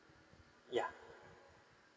yeah